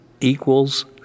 equals